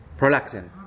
Prolactin